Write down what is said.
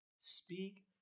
Speak